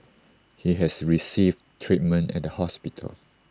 he has received treatment at the hospital